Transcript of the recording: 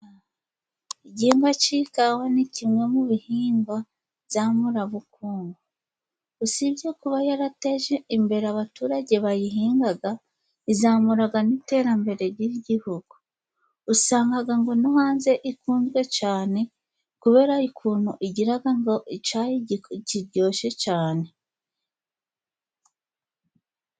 Igihingwa cy'ikawa ni kimwe mu bihingwa nzamurabukungu. Usibye kuba yarateje imbere abaturage bayihingaga izamuraga n'iterambere ry'igihugu. Usangaga ngo no hanze ikunzwe cane kubera ikuntu igiraga ngo icayi kiryoshe cane.